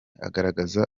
agaragaza